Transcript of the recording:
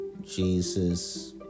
Jesus